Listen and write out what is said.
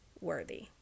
worthy